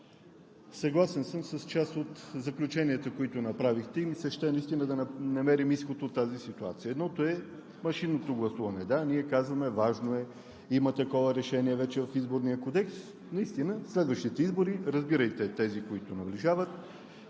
Съгласен съм с част от заключенията, които направихте, и ми се ще наистина да намерим изход от тази ситуация. Едното е, машинното гласуване. Да, ние казваме: важно е, има такова решение вече в Изборния кодекс, наистина следващите избори, разбирайте тези, които наближават,